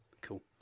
Cool